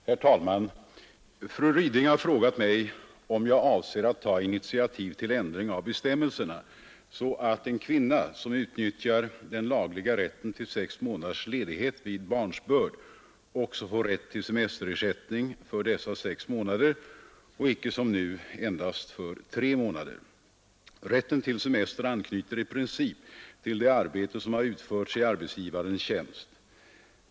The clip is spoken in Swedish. Herr talman! Fru Ryding har frågat mig om jag avser att ta initiativ till ändring av bestämmelserna så att en kvinna som utnyttjar den lagliga rätten till sex månaders ledighet vid barnsbörd också får rätt till semesterersättning för dessa sex månader och icke som nu endast för tre månader. Rätten till semester anknyter i princip till det arbete som har utförts i arbetsgivarens tjänst.